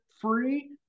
free